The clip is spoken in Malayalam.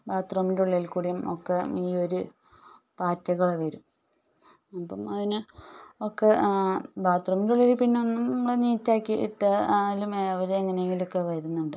ബാത്റൂമിൻ്റെ ഉള്ളിൽ കൂടിയും ഒക്കെ ഈയൊരു പാറ്റകൾ വരും അപ്പം അതിനെ ഒക്കെ ബാത്റൂമിൻ്റെ ഉള്ളിൽ പിന്നെ എന്നും നമ്മൾ നീറ്റാക്കി ഇട്ടാലും അവർ എങ്ങനെയെങ്കിലുമൊക്കെ വരുന്നുണ്ട്